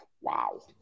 Wow